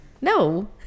no